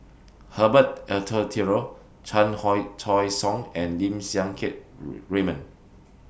Herbert Eleuterio Chan Choy Siong and Lim Siang Keat Raymond